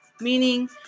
meaning